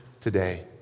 Today